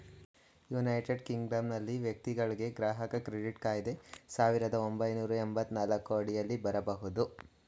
United ಕಿಂಗ್ಡಮ್ನಲ್ಲಿ ವ್ಯಕ್ತಿಗಳ್ಗೆ ಗ್ರಾಹಕ ಕ್ರೆಡಿಟ್ ಕಾಯ್ದೆ ಸಾವಿರದ ಒಂಬೈನೂರ ಎಪ್ಪತ್ತನಾಲ್ಕು ಅಡಿಯಲ್ಲಿ ಬರಬಹುದು